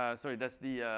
ah sorry, that's the